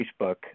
Facebook